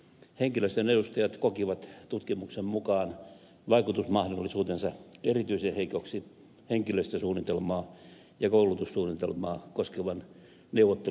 henkilöstön edustajat kokivat tutkimuksen mukaan vaikutusmahdollisuutensa erityisen heikoksi henkilöstösuunnitelmaa ja koulutussuunnitelmaa koskevan neuvotteluvelvoitteen toteuttamisessa